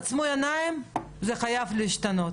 עצמו עיניים, זה חייב להשתנות.